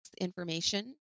information